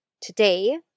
today